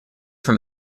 from